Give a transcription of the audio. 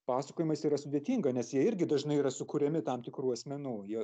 pasakojimais yra sudėtinga nes jie irgi dažnai yra sukuriami tam tikrų asmenų jie